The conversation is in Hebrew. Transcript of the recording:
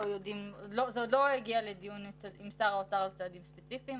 זה עוד לא הגיע לדיון עם שר האוצר על צעדים ספציפיים,